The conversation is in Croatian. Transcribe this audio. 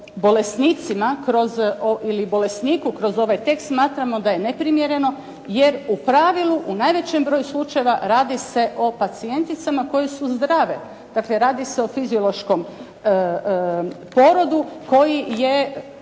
bolesnicima ili bolesniku kroz ovaj tekst smatramo da je neprimjereno jer u pravilu u najvećem broju slučajeva radi se o pacijenticama koje su zdrave. Dakle, radi se o fiziološkom porodu koji je